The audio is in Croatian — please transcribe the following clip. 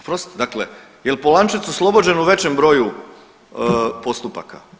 Oprostite, dakle jel Polančec oslobođen u većem broju postupaka?